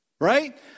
right